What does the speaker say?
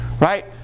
right